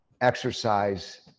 exercise